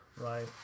right